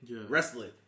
wrestling